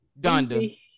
Donda